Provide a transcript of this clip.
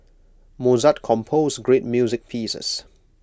Mozart composed great music pieces